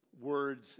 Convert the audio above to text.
words